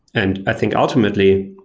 and i think, ultimately,